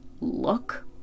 look